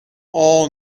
all